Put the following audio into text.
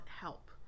help